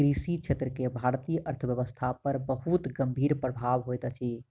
कृषि क्षेत्र के भारतीय अर्थव्यवस्था पर बहुत गंभीर प्रभाव होइत अछि